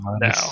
now